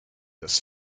das